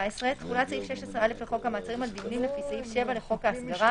תחולת סעיף 16א לחוק המעצרים על דיונים לפי סעיף 7 לחוק ההסגרה,